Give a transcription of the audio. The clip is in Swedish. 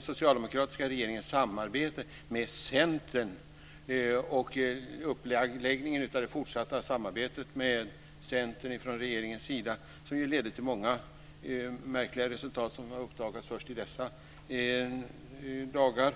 socialdemokratiska regeringens samarbete med Centern och uppläggningen av det fortsatta samarbetet från regeringens sida ledde till många märkliga resultat som har uppdagats först i dessa dagar.